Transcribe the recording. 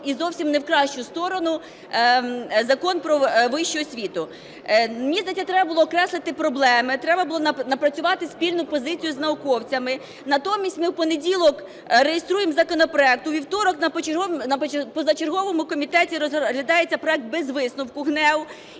і зовсім не в кращу сторону, Закон "Про вищу освіту". Мені здається, треба було окреслити проблеми, треба було напрацювати спільну позицію з науковцями. Натомість ми в понеділок реєструємо законопроект, у вівторок на позачерговому комітеті розглядається проект без висновку ГНЕУ